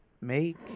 make